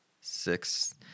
six –